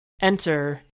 enter